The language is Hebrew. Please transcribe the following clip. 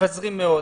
מתפזרים מאוד